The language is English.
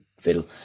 fiddle